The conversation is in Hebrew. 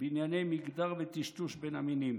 בענייני מגדר וטשטוש בין המינים.